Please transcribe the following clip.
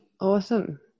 Awesome